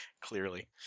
clearly